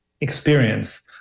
experience